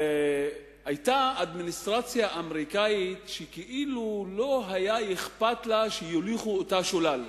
היתה אדמיניסטרציה אמריקנית שכאילו לא היה אכפת לה שיוליכו אותה שולל.